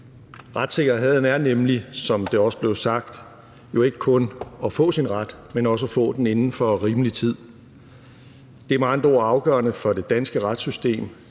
Retssikkerhed er nemlig – som det også blev sagt – jo ikke kun at få sin ret, men også at få den inden for rimelig tid. Det er med andre ord afgørende for det danske retssystem,